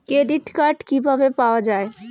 Credit card কিভাবে পাওয়া য়ায়?